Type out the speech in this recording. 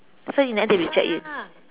so you never they reject it